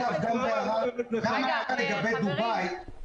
לגבי דובאי,